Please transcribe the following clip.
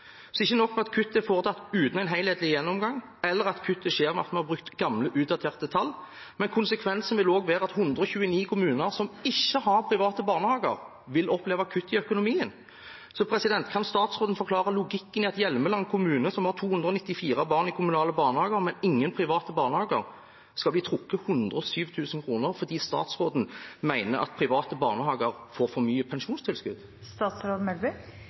Ikke nok med at kuttet er foretatt uten en helhetlig gjennomgang, eller at kuttet skjer ved at vi har brukt gamle, utdaterte tall, men konsekvensen vil også være at 129 kommuner som ikke har private barnehager, vil oppleve kutt i økonomien. Kan statsråden forklare logikken i at Hjelmeland kommune, som har 294 barn i kommunale barnehager, men ingen i private barnehager, skal bli trukket 107 000 kr fordi statsråden mener at private barnehager får for mye